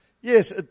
Yes